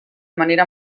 manera